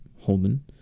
holden